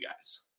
guys